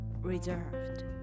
reserved